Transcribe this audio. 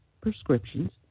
prescriptions